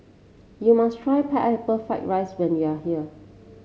you must try Pineapple Fried Rice when you are here